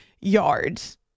yards